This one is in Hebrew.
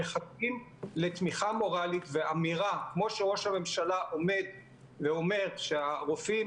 הם מחכים לתמיכה מורלית ואמירה כמו שראש הממשלה עומד ואומר שהרופאים